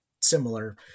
similar